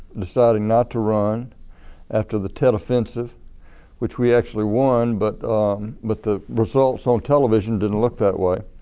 deciding not to run after the tet offensive which we actually won but but the results on television didn't look that way.